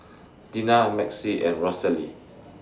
Dina Maxie and Rosalie